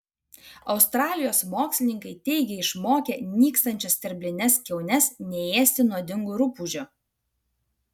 australijos mokslininkai teigia išmokę nykstančias sterblines kiaunes neėsti nuodingų rupūžių